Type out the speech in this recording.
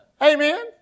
Amen